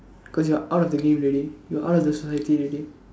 cause you're out of the game already you're out of the society already